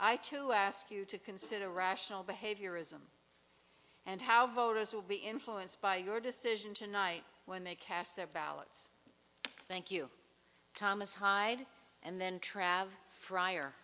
i to ask you to consider rational behaviorism and how voters will be influenced by your decision tonight when they cast their ballots thank you thomas hyde and then